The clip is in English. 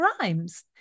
rhymes